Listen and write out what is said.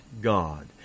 God